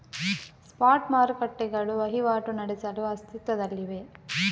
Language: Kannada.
ಸ್ಪಾಟ್ ಮಾರುಕಟ್ಟೆಗಳು ವಹಿವಾಟು ನಡೆಸಲು ಅಸ್ತಿತ್ವದಲ್ಲಿವೆ